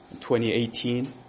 2018